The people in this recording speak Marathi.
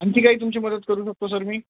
आणखी काही तुमची मदत करू शकतो सर मी